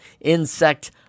insect